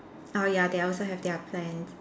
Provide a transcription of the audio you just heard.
oh ya they also have their plans